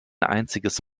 einziges